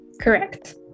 Correct